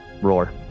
roar